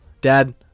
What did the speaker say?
Dad